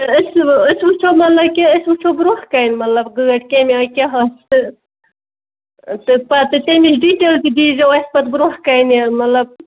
تہٕ أسۍ أسۍ وُچھو مطلب کہِ أسۍ وُچھو برٛونٛٹھٕ کَنہِ مطلب گٲڑۍ کَمہِ آیہِ کیٛاہ آسہِ تہٕ پَتہٕ تَمِچ ڈِٹیل تہِ دیٖزیٚو اَسہِ پَتہٕ پٮ۪ٹھٕ برونٛہہ کَنہِ مطلب